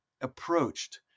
approached